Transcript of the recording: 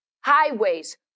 highways